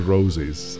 Roses